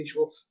visuals